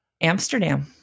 Amsterdam